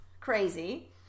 Crazy